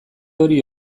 hori